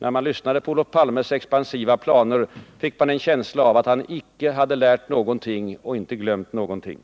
När man lyssnade till Olof Palmes expansiva planer, fick man en känsla av att han icke lärt någonting och inte glömt någonting.